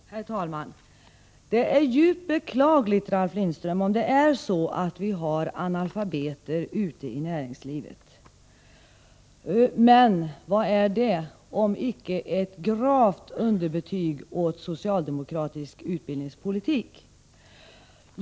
Herr talman! Det är djupt beklagligt, Ralf Lindström, om det är så att vi har analfabeter ute i näringslivet. Men vad är det om icke ett gravt underbetyg åt socialdemokratisk utbildningspolitik!